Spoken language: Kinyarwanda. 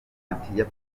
yapfuye